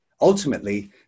Ultimately